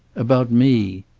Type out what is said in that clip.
about me.